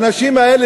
האנשים האלה,